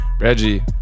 reggie